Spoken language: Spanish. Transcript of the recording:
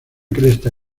cresta